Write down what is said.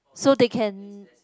so they can